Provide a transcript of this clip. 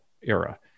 era